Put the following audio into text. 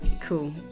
Cool